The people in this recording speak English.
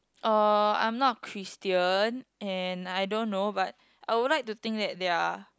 uh I'm not Christian and I don't know but I would like to think that there are